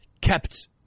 kept